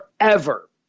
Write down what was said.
forever